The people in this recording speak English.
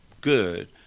good